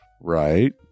Right